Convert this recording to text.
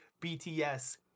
BTS